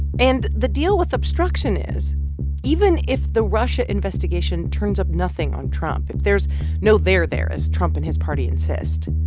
and the deal with obstruction is even if the russia investigation turns up nothing on trump if there's no there there, as trump and his party insist,